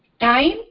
time